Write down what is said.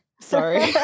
Sorry